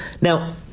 Now